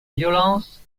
violence